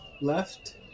left